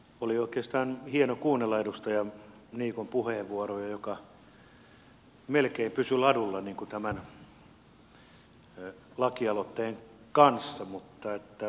oli oikeastaan hienoa kuunnella edustaja niikon puheenvuoroja jotka melkein pysyivät ladulla tämän lakialoitteen kanssa mutta miedosti sivuten